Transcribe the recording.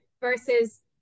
versus